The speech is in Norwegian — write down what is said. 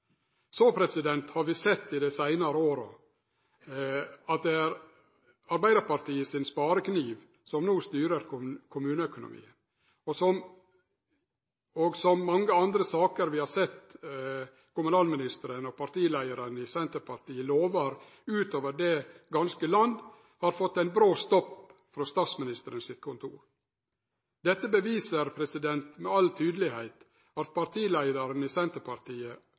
Så har vi i dei seinare åra sett at det er Arbeidarpartiet sin sparekniv som no styrer kommuneøkonomien, og vi har sett at mange andre saker der kommunalministeren, partileiaren i Senterpartiet, lovar utover det ganske land, har fått ein brå stopp frå Statsministerens kontor. Dette beviser med all tydelegheit at partileiaren i Senterpartiet,